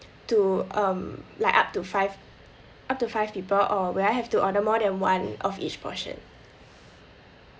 to um like up to five up to five people or will I have to order more than one of each portion